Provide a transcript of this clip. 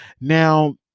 Now